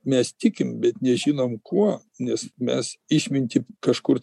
mes tikim bet nežinom kuo nes mes išmintį kažkur